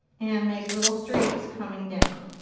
and make little streaks coming down.